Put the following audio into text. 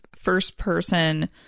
first-person